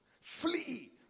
Flee